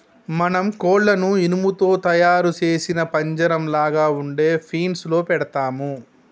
మనం కోళ్లను ఇనుము తో తయారు సేసిన పంజరంలాగ ఉండే ఫీన్స్ లో పెడతాము